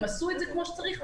הם עשו את זה כמו שצריך?